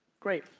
great,